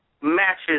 matches